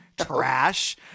trash